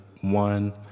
one